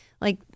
Like-